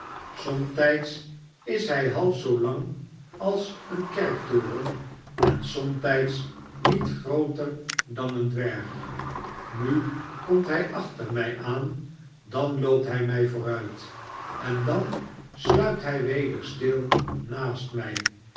somtijds is hij half zoo lang als een kerktoren en somtijds niet grooter dan een dwerg nu komt hij achter mij aan dan loopt hij mij vooruit en dan sluipt hij weder stil naast mij